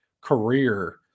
career